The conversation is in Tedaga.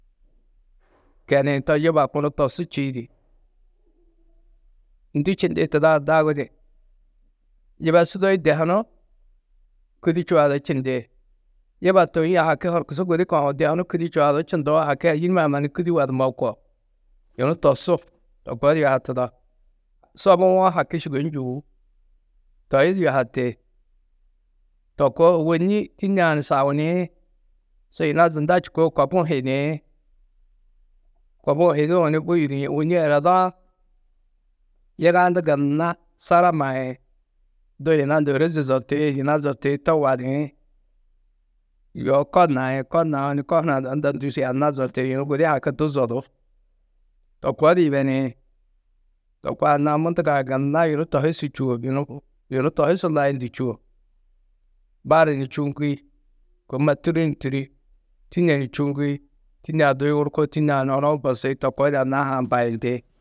Keniĩ to yuba kunu tosu čîidi. Ndû čindi Tuda-ã dagu di? Yuba sûdoi de hunu kûdi čuadú čindi. Yuba toîe haki horkusu gudi kohuũ de hunu kûdi čuadú čundoo haki ayî numa ha mannu kûdi wadumó ko. Yunu tosu to koo di yuhatudo. Sobũwo haki sûgoi njûú. Toi du yuhati to koo. Ôwonni tînne-ã ni sauniĩ su yina zunda čûkoo kobuũ hadiĩ, kobuũ hiduũ ni bu yûdiĩ. Ôwonni eredu-ã yigannu gunna sara maĩ. Du yina ôreze zoti ni yina zoti to wadiĩ, yoo ko nai ko naũ ni ko hunã du unda ndûusi anna zoti, yunu gudi haki zodú. To koo di yibeniĩ, to koo anna-ã mundugo-ã gunna yunu to hi su čûo, yunu to hi su layundu čûo. Bari ni čûuŋgi, kôma tûri ni tûri, tînne ni čûuŋgi, tînne-ã du yugurkoo tînne-ã ni onou bosi. To koo di anna-ã ha ambayindi.